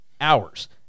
hours